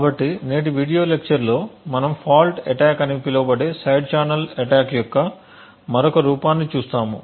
కాబట్టి నేటి వీడియో లెక్చర్లో మనము ఫాల్ట్ అటాక్ అని పిలువబడే సైడ్ ఛానల్ అటాక్ యొక్క మరొక రూపాన్ని చూస్తాము